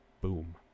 Boom